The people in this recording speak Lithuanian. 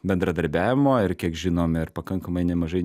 bendradarbiavimo ir kiek žinom ir pakankamai nemažai